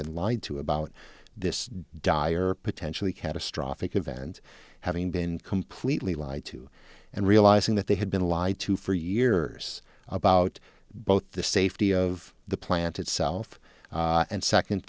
been lied to about this dire potentially catastrophic event having been completely lied to and realizing that they had been lied to for years about both the safety of the plant itself and second